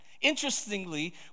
interestingly